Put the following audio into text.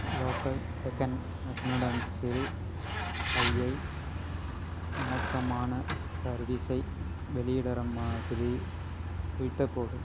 local Deccan மெக்டோனான்சில்னுடையை மோசமான சர்வீஸை வெளியிடுகிற மாதிரி ட்விட்டை போடு